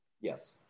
Yes